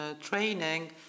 training